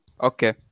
Okay